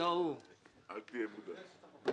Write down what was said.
יש לכם תשובה